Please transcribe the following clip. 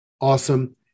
awesome